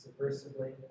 subversively